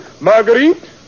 Marguerite